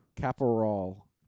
Caporal